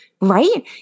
right